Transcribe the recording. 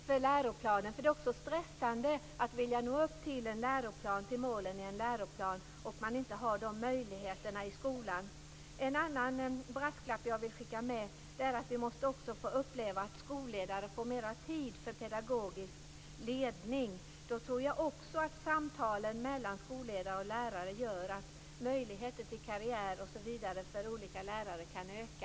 Det är nämligen stressande att försöka uppfylla läroplanens mål om man inte har möjligheter till det i skolan. En annan brasklapp som jag vill skicka med är att vi också måste få uppleva att skolledare får mer tid för pedagogisk ledning. Då tror jag också att samtalen mellan skolledare och lärare gör att möjligheterna till karriär osv. för olika lärare kan öka.